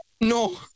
No